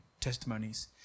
testimonies